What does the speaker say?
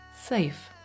Safe